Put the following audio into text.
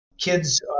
Kids